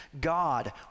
God